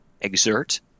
exert